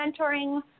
mentoring